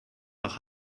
nach